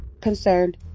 concerned